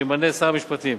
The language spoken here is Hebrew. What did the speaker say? שימנה שר המשפטים.